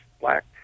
black